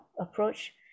approach